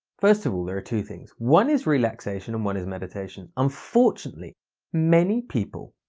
first of all there are two things, one is relaxation and one is meditation. unfortunately many people